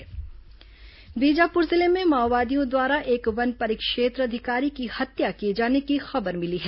माओवादी हत्या बीजापुर जिले में माओवादियों द्वारा एक वन परिक्षेत्र अधिकारी की हत्या किए जाने की खबर मिली है